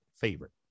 favorite